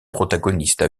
protagonistes